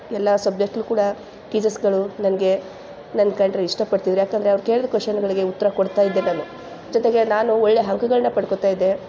ಎಲ್ಲ ಸಬ್ಜೆಕ್ಟಲ್ಲು ಕೂಡ ಟೀಚರ್ಸ್ಗಳು ನನಗೆ ನನ್ನ ಕಂಡರೆ ಇಷ್ಟಪಡ್ತಿದ್ರು ಯಾಕೆಂದ್ರೆ ಅವ್ರು ಕೇಳಿದ ಕೊಷನ್ಳಿಗೆ ಉತ್ತರ ಕೊಡ್ತಾಯಿದ್ದೆ ನಾನು ಜೊತೆಗೆ ನಾನು ಒಳ್ಳೆ ಅಂಕಗಳ್ನ ಪಡ್ಕೊಳ್ತಾಯಿದ್ದೆ